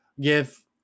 give